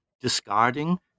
discarding